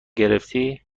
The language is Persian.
گرفتی